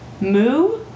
Moo